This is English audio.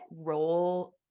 role